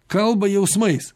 kalba jausmais